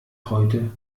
heute